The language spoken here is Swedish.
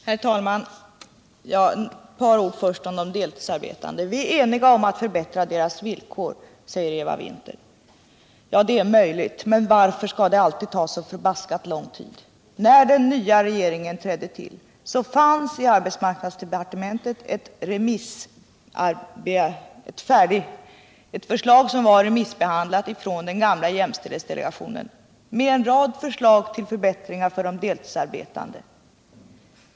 Herr talman! Först ett par ord om de deltidsarbetande. Vi är eniga om att förbättra deras villkor, säger Eva Winther. Det är möjligt, men varför skall det alltid ta så lång tid? När den nya regeringen trädde till, fanns i arbetsmarknadsdepartementet ett redan remissbehandlat förslag från den gamla jämställdhetsdelegationen. Det innehöll en rad förslag till förbättringar för de deltidsarbetande.